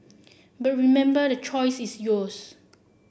but remember the choice is yours